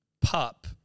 Pup